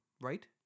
right